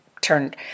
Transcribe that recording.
turned